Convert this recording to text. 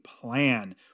plan